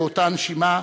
באותה נשימה,